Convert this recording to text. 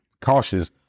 cautious